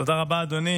תודה רבה, אדוני.